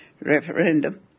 referendum